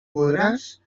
podràs